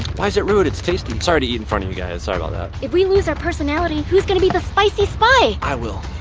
why is it rude. it's tasty! sorry to eat in front of you guys. sorry if we lose our personality, who is going to be the spicy spy! i will!